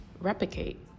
replicate